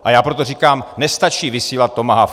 A já proto říkám, nestačí vysílat tomahawky.